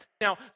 Now